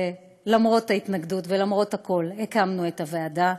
שלמרות ההתנגדות ולמרות הכול הקמנו את הוועדה.